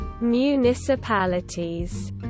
municipalities